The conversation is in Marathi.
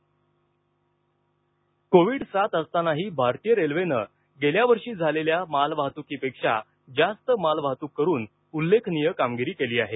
मालवाहतूक कोविड साथ असतानाही भारतीय रेल्वेनं गेल्या वर्षी झालेल्या मालवाहतुकीपेक्षा जास्त मालवाहतूक करून उल्लेखनीय कामगिरी केली आहे